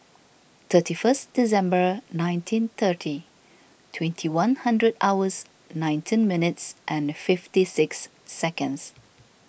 thirty first December nineteen thirty twenty one hundred hours nineteen minutes and fifty six seconds